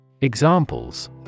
Examples